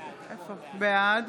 בעד